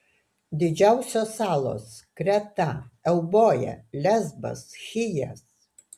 didžiausios salos kreta euboja lesbas chijas